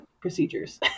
procedures